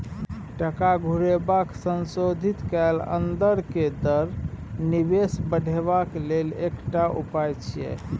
टका घुरेबाक संशोधित कैल अंदर के दर निवेश बढ़ेबाक लेल एकटा उपाय छिएय